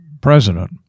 president